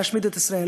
להשמיד את ישראל.